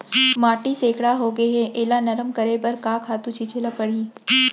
माटी सैकड़ा होगे है एला नरम करे बर का खातू छिंचे ल परहि?